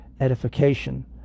edification